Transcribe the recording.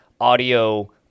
audio